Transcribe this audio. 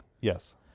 Yes